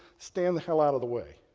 stand the hell out of the way.